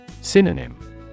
Synonym